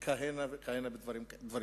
ועוד כהנה וכהנה דברים כאלה.